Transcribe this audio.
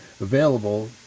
available